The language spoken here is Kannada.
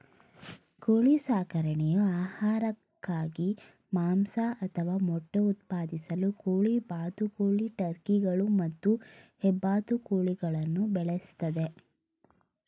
ಕೋಳಿ ಸಾಕಣೆಯು ಆಹಾರಕ್ಕಾಗಿ ಮಾಂಸ ಅಥವಾ ಮೊಟ್ಟೆ ಉತ್ಪಾದಿಸಲು ಕೋಳಿ ಬಾತುಕೋಳಿ ಟರ್ಕಿಗಳು ಮತ್ತು ಹೆಬ್ಬಾತುಗಳನ್ನು ಬೆಳೆಸ್ತದೆ